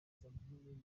sandrine